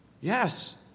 Yes